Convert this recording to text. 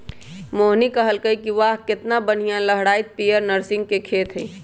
मोहिनी कहलकई कि वाह केतना बनिहा लहराईत पीयर नर्गिस के खेत हई